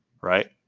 right